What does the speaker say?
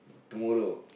tomorrow